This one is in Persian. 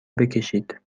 بکشید